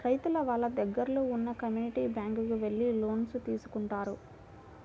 రైతులు వాళ్ళ దగ్గరలో ఉన్న కమ్యూనిటీ బ్యాంక్ కు వెళ్లి లోన్స్ తీసుకుంటారు